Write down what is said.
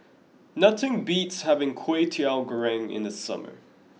nothing beats having Kway Teow Goreng in the summer